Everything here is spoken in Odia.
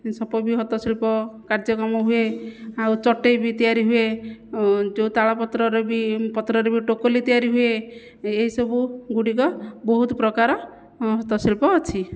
ସପ ବି ହସ୍ତ ଶିଳ୍ପ କାର୍ଯ୍ୟକ୍ରମ ହୁଏ ଆଉ ଚଟେଇବି ତିଆରି ହୁଏ ଯେଉଁ ତାଳ ପତ୍ରରେ ବି ପତ୍ରରେ ବି ଟୋକଲି ତିଆରି ହୁଏ ଏହିସବୁଗୁଡ଼ିକ ବହୁତ ପ୍ରକାର ହସ୍ତଶିଳ୍ପ ଅଛି